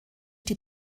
die